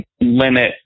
limit